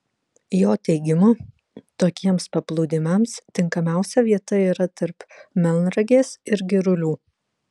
jo teigimu tokiems paplūdimiams tinkamiausia vieta yra tarp melnragės ir girulių